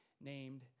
named